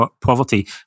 poverty